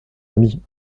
ami